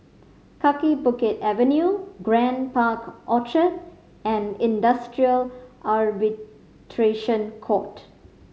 Kaki Bukit Avenue Grand Park Orchard and Industrial Arbitration Court